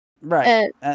Right